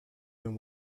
them